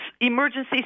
emergency